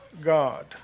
God